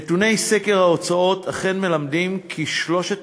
נתוני סקר ההוצאות אכן מלמדים כי שלושת